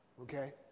Okay